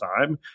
time